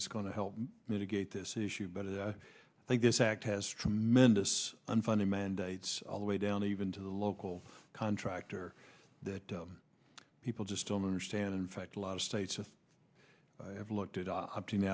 that's going to help mitigate this issue but i think this act has tremendous unfunded mandates all the way down even to the local contractor that people just don't understand in fact a lot of states have looked at opting